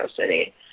City